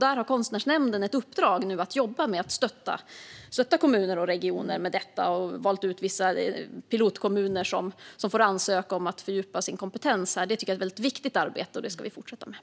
Där har Konstnärsnämnden nu ett uppdrag att jobba med att stötta kommuner och regioner med detta, och de har valt ut vissa pilotkommuner som får ansöka om att fördjupa sin kompetens. Det tycker jag är ett mycket viktigt arbete, och det ska vi fortsätta med.